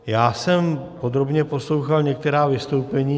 Já jsem podrobně poslouchal některá vystoupení.